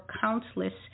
countless